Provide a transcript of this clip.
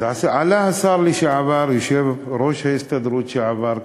אז עלה כאן השר לשעבר, יושב-ראש ההסתדרות לשעבר,